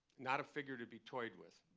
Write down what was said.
not a figure to be toyed with.